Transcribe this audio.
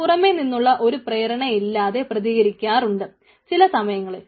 പുറമേനിന്നുള്ള ഒരു പ്രേരണയില്ലാതെ പ്രതികരിക്കാറുണ്ട് ചില സമയങ്ങളിൽ